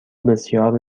بسیار